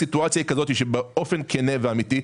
באופן כן ואמיתי,